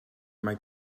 mae